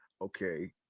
Okay